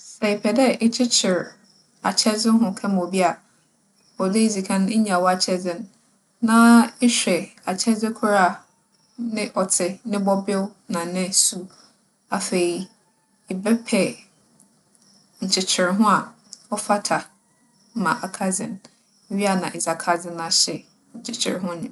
Sɛ epɛ dɛ ekyekyer akyɛdze ho kɛma obi a, ͻwͻ dɛ edzi kan, inya w'akyɛdze no na ehwɛ akyɛdze kor a ne ͻtse - ne bͻbew na ne su. Afei, ebɛpɛ nkyekyerho a ͻfata ma akadze no. Iwia na edze akadze no ahyɛ nkyekyerho no mu.